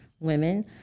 women